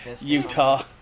Utah